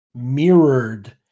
mirrored